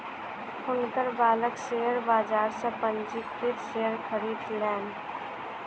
हुनकर बालक शेयर बाजार सॅ पंजीकृत शेयर खरीदलैन